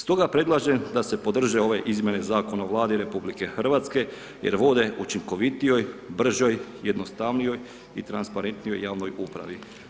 Stoga predlažem da se podrže ove izmjene Zakona o Vladi RH jer vode učinkovitijoj, bržoj, jednostavnijoj i transparentnijoj javnoj upravi.